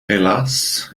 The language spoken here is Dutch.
helaas